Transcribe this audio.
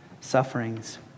sufferings